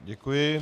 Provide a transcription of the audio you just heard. Děkuji.